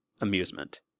amusement